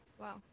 Wow